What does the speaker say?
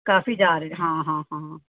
ਕਾਫੀ ਜਾ ਰਹੇ ਹਾਂ ਹਾਂ ਹਾਂ